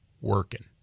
working